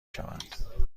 شوند